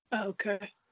Okay